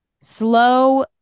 slow